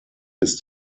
ist